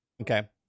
Okay